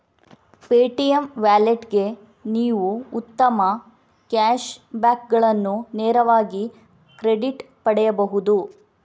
Paytm ವ್ಯಾಲೆಟ್ಗೆ ನೀವು ಉತ್ತಮ ಕ್ಯಾಶ್ ಬ್ಯಾಕುಗಳನ್ನು ನೇರವಾಗಿ ಕ್ರೆಡಿಟ್ ಪಡೆಯಬಹುದು